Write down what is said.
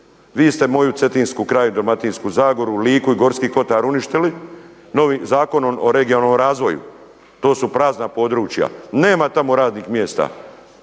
vi ste moju Cetinsku krajinu, Dalmatinsku zagoru, Liku i Gorski kotar uništili novim Zakonom o regionalnom razvoju. To su prazna područja. Nema tamo radnih mjesta